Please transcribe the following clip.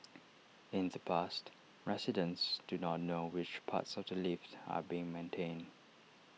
in the past residents do not know which parts of the lift are being maintained